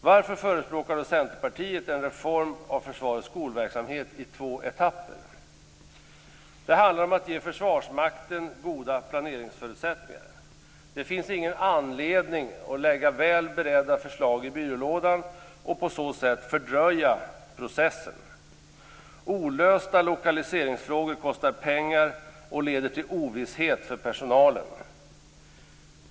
Varför förespråkar då Centerpartiet en reform av försvarets skolverksamhet i två etapper? Det handlar om att ge Försvarsmakten goda planeringsförutsättningar. Det finns ingen anledning att lägga väl beredda förslag i byrålådan och på så sätt fördröja processen. Olösta lokaliseringsfrågor kostar pengar och leder till ovisshet för personalen.